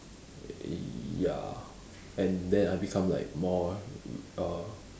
err ya and then I become like more uh